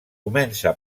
comença